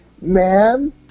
ma'am